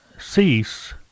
cease